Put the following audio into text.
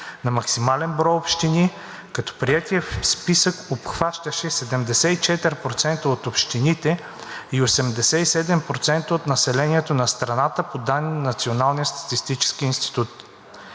на максимален брой общини, като приетият списък обхващаше 74% от общините и 87% от населението на страната по данни на Националния статистически институт.